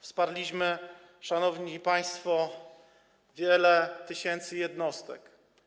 Wsparliśmy, szanowni państwo, wiele tysięcy jednostek.